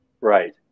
Right